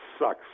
sucks